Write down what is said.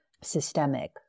systemic